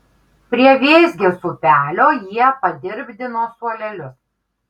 prie vėzgės upelio jie padirbdino suolelius